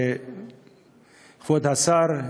כבוד השר,